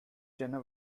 jana